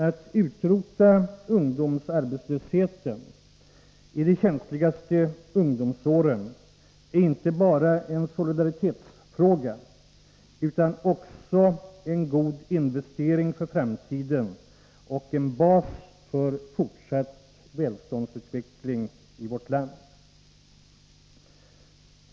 Att utrota ungdomsarbetslösheten bland ungdomar i de känsligaste ungdomsåren är inte bara en solidaritetsfråga utan också en god investering för framtiden och en bas för fortsatt välståndsutveckling i vårt land.